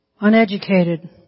Uneducated